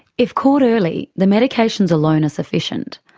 if caught early, the medications alone are sufficient.